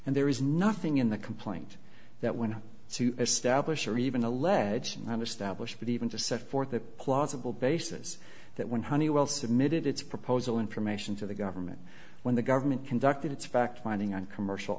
and there is nothing in the complaint that went on to establish or even alleged and i understand bush but even to set forth a plausible basis that when honeywell submitted its proposal information to the government when the government conducted its fact finding on commercial